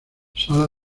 sala